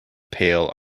pale